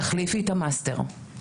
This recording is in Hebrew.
תחליפי את המאסטר.